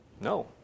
No